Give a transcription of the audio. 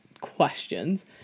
questions